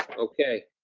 okay,